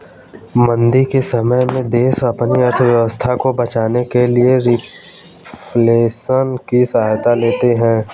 मंदी के समय में देश अपनी अर्थव्यवस्था को बचाने के लिए रिफ्लेशन की सहायता लेते हैं